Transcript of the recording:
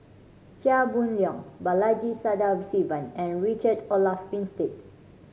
Chia Boon Leong Balaji Sadasivan and Richard Olaf Winstedt